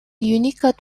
юникод